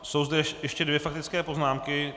Jsou zde ještě dvě faktické poznámky.